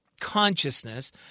consciousness